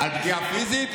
לדבר, פגיעה פיזית.